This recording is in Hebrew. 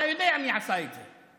אתה יודע מי עשה את זה.